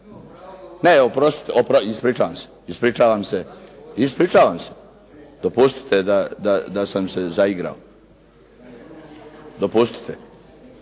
ne oprostite. Ispričavam se, ispričavam se. Dopustite da sam se zaigrao. Dopustite.